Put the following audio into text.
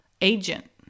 Agent